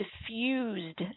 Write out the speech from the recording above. diffused